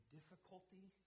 difficulty